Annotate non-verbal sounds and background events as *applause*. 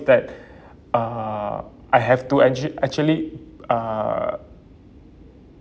that *breath* uh I have to actual~ actually uh